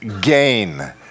gain